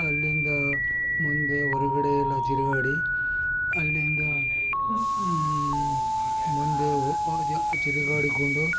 ಅಲ್ಲಿಂದ ಮುಂದೆ ಹೊರಗಡೆ ಎಲ್ಲ ತಿರುಗಾಡಿ ಅಲ್ಲಿಂದ ಮುಂದೆ ಹೋದೆ ತಿರುಗಾಡಿಕೊಂಡು